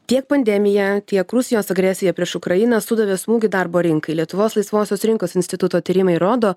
tiek pandemija tiek rusijos agresija prieš ukrainą sudavė smūgį darbo rinkai lietuvos laisvosios rinkos instituto tyrimai rodo